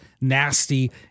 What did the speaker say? nasty